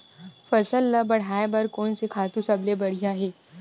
फसल ला बढ़ाए बर कोन से खातु सबले बढ़िया हे?